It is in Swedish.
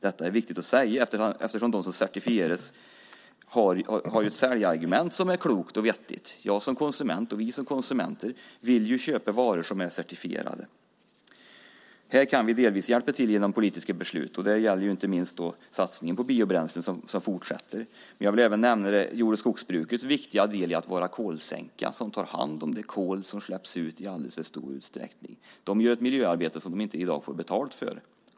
Detta är viktigt att säga eftersom de som certifieras har ett säljargument som är klokt och vettigt. Vi som konsumenter vill ju köpa varor som är certifierade. Här kan vi delvis hjälpa till genom politiska beslut. Det gäller inte minst den fortsatta satsningen på biobränslen. Men jag vill även nämna jord och skogsbrukets viktiga del i att vara kolsänka, att ta hand om det kol som släpps ut i alldeles för stor utsträckning. De gör ett miljöarbete som de inte får betalt för i dag.